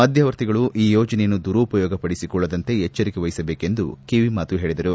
ಮಧ್ಯವರ್ತಿಗಳು ಈ ಯೋಜನೆಯನ್ನು ದುರುಪಯೋಗಪಡಿಸಿಕೊಳ್ಳದಂತೆ ಎಚ್ಚರಿಕೆ ವಹಿಸಬೇಕೆಂದು ಕಿವಿಮಾತು ಹೇಳಿದರು